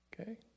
Okay